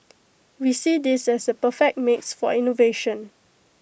we see this as the perfect mix for innovation